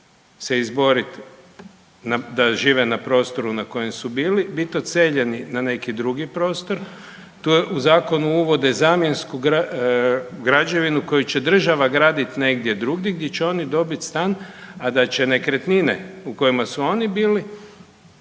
se izboriti da žive na prostoru na kojem su bili, bit odseljeni na neki drugi prostor. To je, u Zakonu uvode zamjensku građevinu koju će država graditi negdje drugdje di će oni dobiti stan, a da će nekretnine u kojima su oni bili